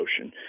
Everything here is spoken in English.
ocean